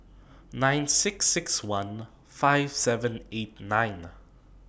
nine six six one five seven eight nine